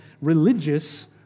religious